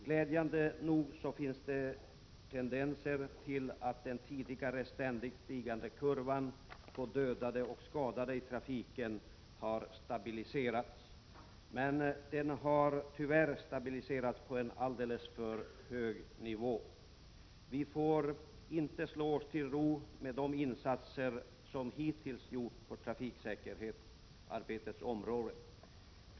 Glädjande nog finns det tendenser till att den tidigare ständigt stigande kurvan på dödade och skadade i trafiken har stabiliserats. Men tyvärr har den stabiliserats på en alldeles för hög nivå. Vi får inte slå oss till ro med de insatser som hittills gjorts på trafiksäkerhetens område.